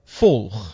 volg